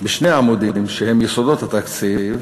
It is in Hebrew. בשני עמודים, שהם יסודות התקציב,